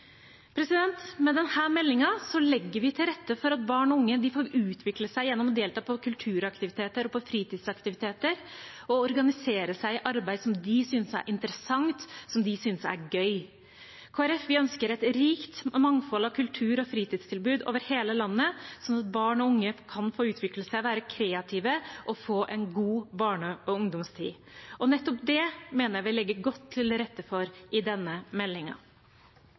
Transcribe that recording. Med denne meldingen legger vi til rette for at barn og unge får utvikle seg gjennom å delta i kulturaktiviteter og fritidsaktiviteter og organisere seg i arbeid som de synes er interessant, som de synes er gøy. Vi i Kristelig Folkeparti ønsker et rikt mangfold av kultur- og fritidstilbud over hele landet, slik at barn og unge kan få utvikle seg og være kreative og få en god barne- og ungdomstid. Nettopp det mener jeg vi legger godt til rette for i denne